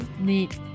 need